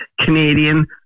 Canadian